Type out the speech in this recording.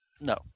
No